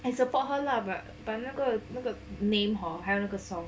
and support her lah but but 那个那个 name hor 还有那个 song